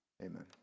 amen